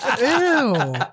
Ew